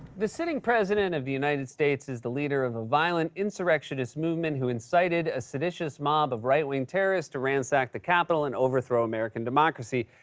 the sitting president of the united states is the leader of a violent insurrectionist movement who incited a seditious mob of right-wing terrorists to ransack the capitol and overthrow american democracy.